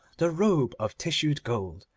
the robe of tissued gold,